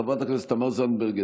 חברת הכנסת תמר זנדברג,